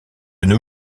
nos